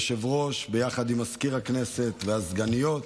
היושב-ראש, ביחד עם מזכיר הכנסת והסגניות,